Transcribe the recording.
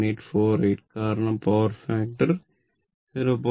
9848 കാരണം power factor 0